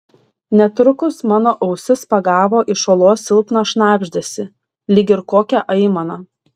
netrukus mano ausis pagavo iš olos silpną šnabždesį lyg ir kokią aimaną